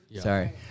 sorry